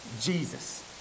Jesus